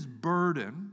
burden